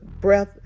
breath